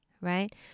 right